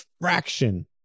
fraction